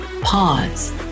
Pause